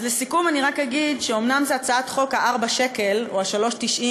אז לסיכום אני רק אגיד שאומנם זו הצעת חוק ה-4 שקל או ה-3.90